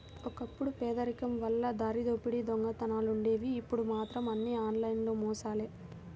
ఒకప్పుడు పేదరికం వల్ల దారిదోపిడీ దొంగతనాలుండేవి ఇప్పుడు మాత్రం అన్నీ ఆన్లైన్ మోసాలే